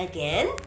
Again